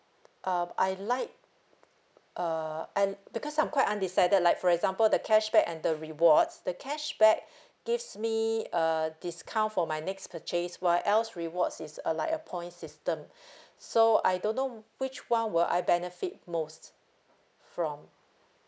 uh I like uh I because I'm quite undecided like for example the cashback and the rewards the cashback gives me uh discount for my next purchase whereas rewards is a like a points system so I don't know which one will I benefit most from